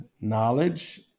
knowledge